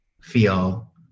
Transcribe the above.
feel